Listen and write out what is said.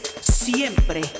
siempre